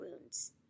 wounds